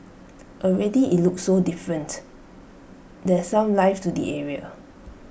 already IT looks so different there's some life to the area